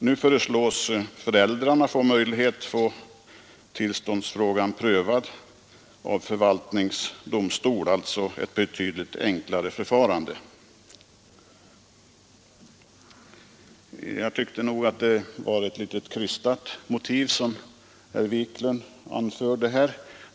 Nu föreslås att föräldrarna ges möjlighet att få tillståndsfrågan prövad av förvaltningsdomstol, alltså ett betydligt enklare förfarande. Jag tyckte nog att det var ett litet krystat motiv som herr Wiklund anförde här.